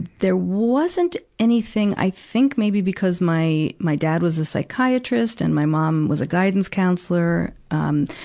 there wasn't anything, i think maybe because my, my dad was a psychiatrist and my mom was a guidance counselor, um,